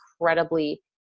incredibly